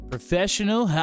Professional